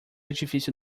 difícil